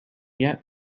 yet